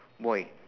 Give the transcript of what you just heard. boy